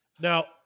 Now